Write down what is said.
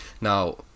Now